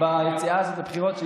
ביציאה הזאת לבחירות,